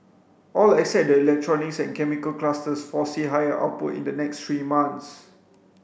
all except the electronics and chemicals clusters foresee higher output in the next three months